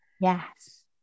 yes